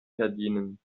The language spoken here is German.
verdienen